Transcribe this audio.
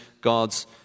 God's